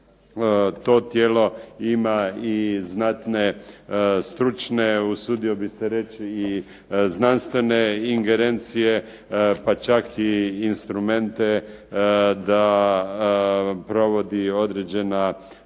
to tijelo ima i znatne stručne, usudio bih se reći i znanstvene ingerencije, pa čak i instrumente da provodi određena